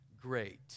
great